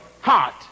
heart